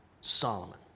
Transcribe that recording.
Solomon